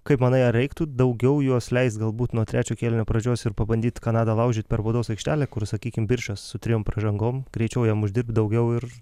kaip manai ar reiktų daugiau juos leist galbūt nuo trečio kėlinio pradžios ir pabandyt kanadą laužyt per baudos aikštelę kur sakykim birčas su trijom pražangom greičiau jam uždirbt daugiau ir